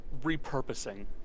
repurposing